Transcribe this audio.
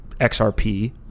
XRP